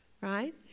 right